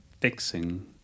fixing